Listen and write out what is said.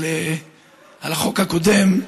על החוק הקודם,